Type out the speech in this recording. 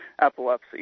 epilepsy